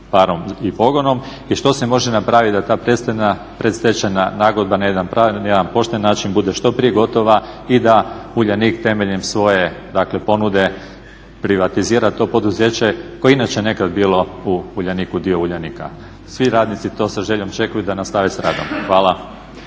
i što se može napraviti da ta predstečajna nagodba na jedan pošten način bude što prije gotova i da Uljanik temeljem svoje ponude privatizira to poduzeće koje je inače nekad bilo dio Uljanika? Svi radnici to sa željom očekuju da nastave sa radom. Hvala.